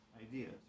ideas